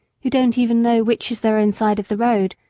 who don't even know which is their own side of the road,